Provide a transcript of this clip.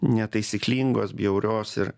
netaisyklingos bjaurios ir